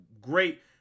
great